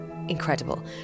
Incredible